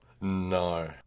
no